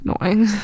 Annoying